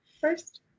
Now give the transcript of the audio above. first